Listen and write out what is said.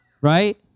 right